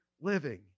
living